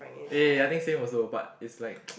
eh I think same also but it's like